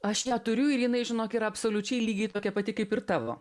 aš ją turiu ir jinai žinok yra absoliučiai lygiai tokia pati kaip ir tavo